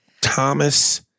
Thomas